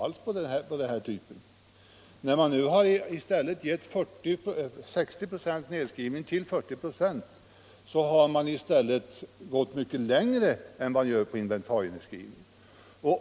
När man i stället har medgivit en nedskrivning med 60 96 till 40 96 av värdet har man gått mycket längre än man gör i fråga om inventarienedskrivning.